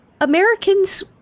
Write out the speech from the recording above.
Americans